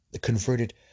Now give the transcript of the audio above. converted